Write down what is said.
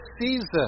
season